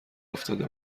افتاده